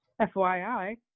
FYI